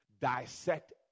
dissect